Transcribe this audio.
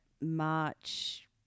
March